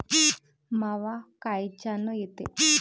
मावा कायच्यानं येते?